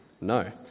No